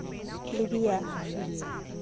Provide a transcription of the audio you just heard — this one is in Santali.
ᱞᱤᱵᱤᱭᱟ